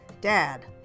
Dad